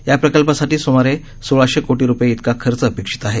या प्रकल्पासाठी सुमारे सोळाशे कोटी रुपये इतका खर्च अपेक्षित आहे